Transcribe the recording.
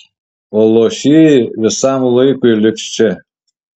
o luošieji visam laikui liks čia